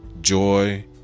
joy